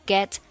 Get